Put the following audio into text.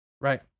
Right